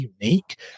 unique